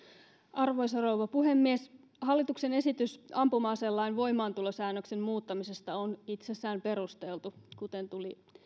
arvoisa rouva puhemies hallituksen esitys ampuma aselain voimaantulosäännöksen muuttamisesta on itsessään perusteltu kuten tuli